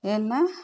ஏன்னால்